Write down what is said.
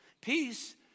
Peace